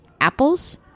apples